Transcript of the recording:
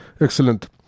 Excellent